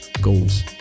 goals